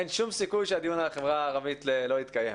אין שום סיכוי שהדיון על החברה הערבית לא יתקיים.